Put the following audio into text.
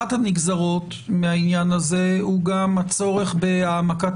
אחת הנגזרות מהעניין הזה הוא גם הצורך בהעמקת